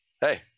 hey